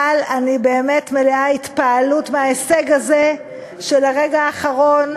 אבל אני באמת מלאה התפעלות מההישג הזה של הרגע האחרון,